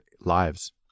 lives